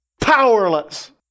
Powerless